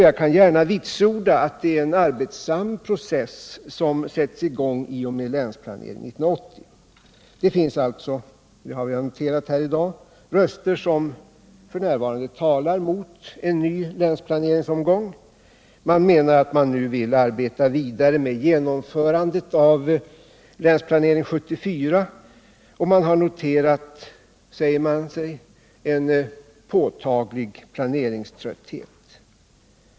Jag kan gärna vitsorda att det är en arbetsam process som sätts i gång i och med länsplaneringen 1980. Jag har i dag noterat att det finns röster som f. n. talar mot en ny länsplaneringsomgång. Man menar att man nu vill arbeta vidare med genomförandet av länsplanering 74 och säger sig ha kunnat notera en påtaglig planeringströtthet.